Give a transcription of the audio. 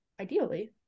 ideally